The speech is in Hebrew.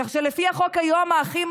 כך שלפי החוק היום, האחים